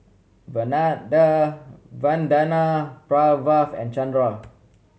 Vandana Pranav and Chanda